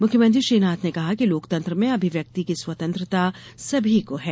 मुख्यमंत्री श्री नाथ ने कहा कि लोकतंत्र में अभिव्यक्ति की स्वतंत्रता सभी को है